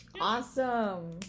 awesome